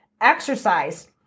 exercise